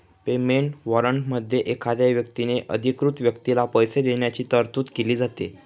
payment वॉरंटमध्ये एखाद्या व्यक्तीने अधिकृत व्यक्तीला पैसे देण्याची तरतूद केली जाते